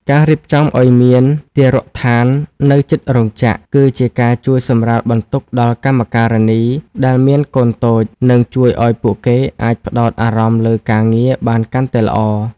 ការរៀបចំឱ្យមានទារកដ្ឋាននៅជិតរោងចក្រ គឺជាការជួយសម្រាលបន្ទុកដល់កម្មការិនីដែលមានកូនតូច និងជួយឱ្យពួកគេអាចផ្ដោតអារម្មណ៍លើការងារបានកាន់តែល្អ។